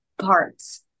parts